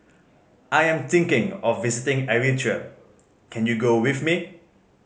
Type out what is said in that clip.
I am thinking of visiting Eritrea can you go with me